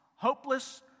Hopeless